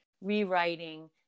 rewriting